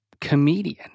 comedian